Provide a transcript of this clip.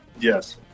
Yes